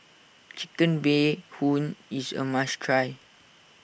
Chicken Bee Hoon is a must try